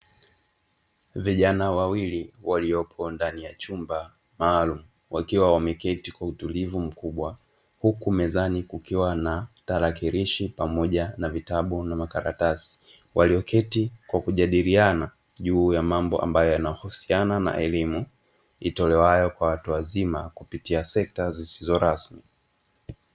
Vijana wawili waliopo ndani ya chumba maalum, wakiwa wameketi kwa utulivu mkubwa huku mezani kukiwa na tarakilishi pamoja na vitabu na makaratasi. Walioketi kwa kujadiliana juu ya mambo ambayo yanahusiana na elimu itolewayo kwa watu wazima kupitia sekta zisizo rasmi.